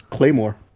Claymore